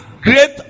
great